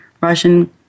Russian